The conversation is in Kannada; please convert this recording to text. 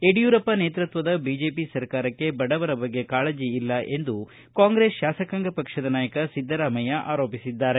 ಯಡಿಯೂರಪ್ಪ ನೇತೃತ್ವದ ಬಿಜೆಪಿ ಸರ್ಕಾರಕ್ಕೆ ಬಡವರ ಬಗ್ಗೆ ಕಾಳಜ ಇಲ್ಲ ಎಂದು ಕಾಂಗ್ರೆಸ್ ತಾಸಕಾಂಗ ಪಕ್ಷದ ನಾಯಕ ಸಿದ್ದರಾಮಯ್ಯ ಆರೋಪಿಸಿದ್ದಾರೆ